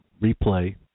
replay